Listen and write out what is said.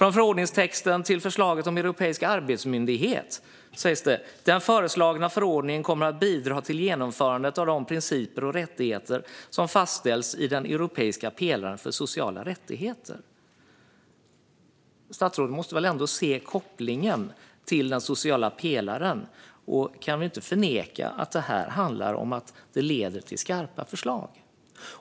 I förordningstexten till förslaget om europeiska arbetsmyndigheten sägs det: Den föreslagna förordningen kommer att bidra till genomförandet av de principer och rättigheter som fastställs i den europeiska pelaren för sociala rättigheter. Statsrådet måste väl ändå se kopplingen till den sociala pelaren? Han kan väl inte förneka att det leder till skarpa förslag?